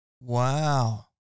Wow